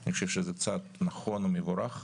אני חושב שזה צעד נכון ומבורך,